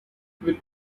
with